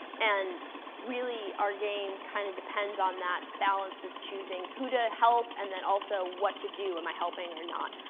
and really, our game kind of depends on that balance of choosing who to help and then also what to do. am i helping or not?